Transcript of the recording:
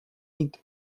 eight